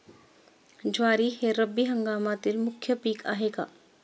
ज्वारी हे रब्बी हंगामातील मुख्य पीक आहे का?